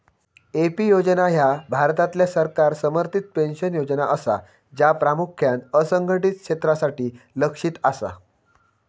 AP योजना ह्या भारतातल्या सरकार समर्थित पेन्शन योजना असा, ज्या प्रामुख्यान असंघटित क्षेत्रासाठी लक्ष्यित असा